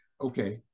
Okay